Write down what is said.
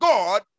God